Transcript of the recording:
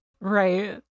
Right